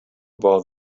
about